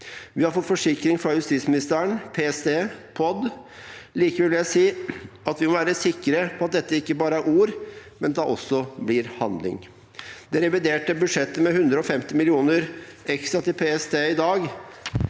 Vi har fått forsikringer fra justisministeren, PST og POD. Likevel vil jeg si at vi må være sikre på at dette ikke bare er ord, men at det også blir handling. Det reviderte budsjettet med 150 mill. kr ekstra til PST i dag